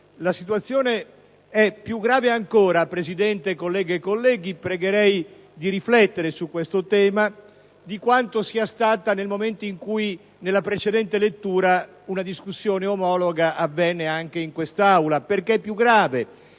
La situazione è più grave ancora, signor Presidente, colleghe e colleghi (pregherei di riflettere su questo tema), di quanto sia stata nel momento in cui, nella precedente lettura, una discussione analoga avvenne anche in quest'Aula, ed è più grave